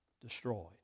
destroyed